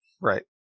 Right